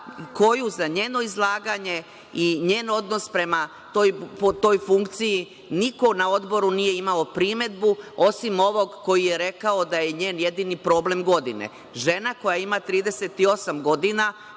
koju, za njeno izlaganje i njen odnos prema toj funkciji, niko na Odboru nije imao primedbu, osim ovog koji je rekao da su njen jedini problem godine. Žena koja ima 38 godina,